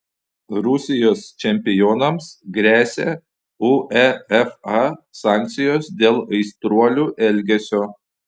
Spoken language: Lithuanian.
rusijos čempionams gresia uefa sankcijos dėl aistruolių elgesio